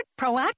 proactive